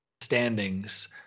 standings